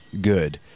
good